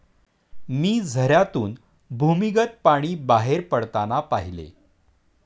मी झऱ्यातून भूमिगत पाणी बाहेर पडताना पाहिले